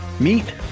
Meet